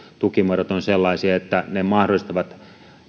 tukimuodot ovat sellaisia että ne mahdollistavat